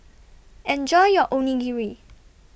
Enjoy your Onigiri